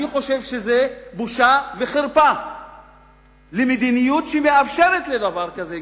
אני חושב שזה בושה וחרפה למדיניות שמאפשרת דבר כזה,